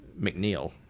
McNeil